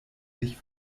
sich